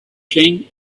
king